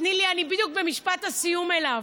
תני לי, אני בדיוק במשפט הסיום אליו: